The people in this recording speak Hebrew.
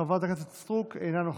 חברת הכנסת סטרוק, אינה נוכחת.